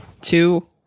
two